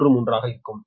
33 ஆக இருக்கும்